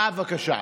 שקורה